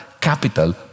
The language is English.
capital